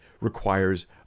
requires